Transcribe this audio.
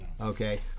okay